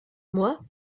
moi